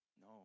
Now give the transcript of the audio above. No